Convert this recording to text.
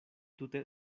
tute